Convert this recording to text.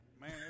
man